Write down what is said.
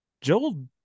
Joel